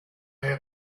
have